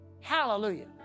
Hallelujah